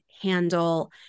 handle